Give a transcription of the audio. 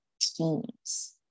teams